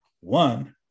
One